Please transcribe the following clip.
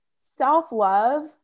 self-love